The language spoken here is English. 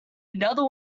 another